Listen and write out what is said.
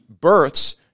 births